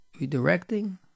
redirecting